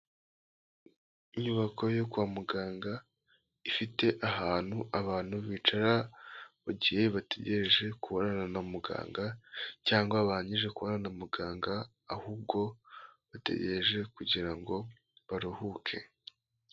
Inyubako yo kwa muganga ifite ahantu abantu bicara mu gihe bategereje kubonana na muganga cyangwa barangije kubonana na muganga ahubwo bategereje kugirango baruhuke.